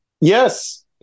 Yes